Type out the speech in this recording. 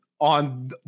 on